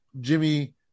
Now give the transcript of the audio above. Jimmy